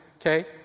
okay